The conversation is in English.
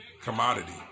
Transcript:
Commodity